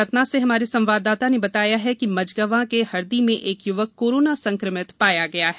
सतना से हमारे संवाददाता ने बताया है कि मझगवां के हर्दी में एक य्वक कोरोना संक्रमित पाया गया है